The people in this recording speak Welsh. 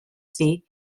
thi